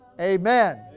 amen